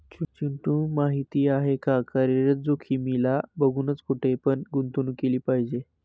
चिंटू माहिती आहे का? कार्यरत जोखीमीला बघूनच, कुठे पण गुंतवणूक केली पाहिजे